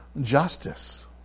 justice